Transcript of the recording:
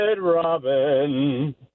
Robin